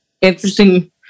interesting